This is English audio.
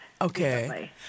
Okay